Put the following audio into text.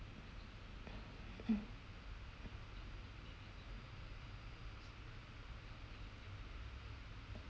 mm